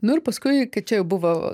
nu ir paskui čia jau buvo